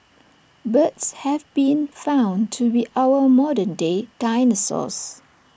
birds have been found to be our modern day dinosaurs